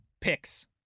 Picks